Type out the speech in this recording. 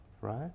right